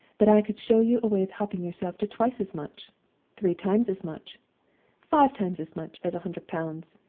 that i could show you a way of helping yourself to twice as much three times as much five times as much as a hundred pounds,